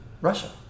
Russia